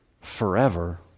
forever